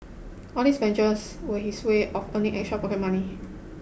all these ventures was his way of earning extra pocket money